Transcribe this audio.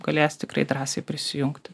galės tikrai drąsiai prisijungti